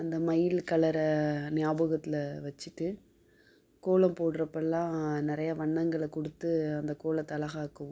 இந்த மயில் கலரை ஞாபகத்தில் வச்சிகிட்டு கோலம் போட்றப்பெல்லாம் நிறையா வண்ணங்களை கொடுத்து அந்த கோலத்தை அழகாக்குவோம்